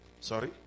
Sorry